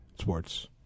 sports